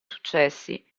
successi